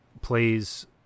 plays